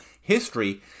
history